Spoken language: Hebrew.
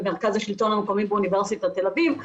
מרכז השלטון המקומי באוניברסיטת תל אביב,